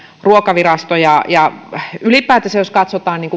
ruokavirasto ja ja ylipäätänsä jos katsotaan niin